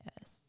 yes